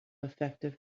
effective